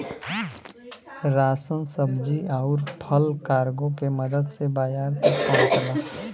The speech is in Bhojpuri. राशन सब्जी आउर फल कार्गो के मदद से बाजार तक पहुंचला